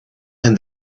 and